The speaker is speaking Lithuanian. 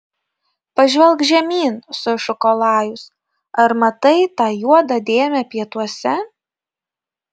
pažvelk žemyn sušuko lajus ar matai tą juodą dėmę pietuose